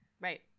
Right